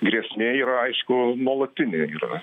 grėsmė yra aišku nuolatinė yra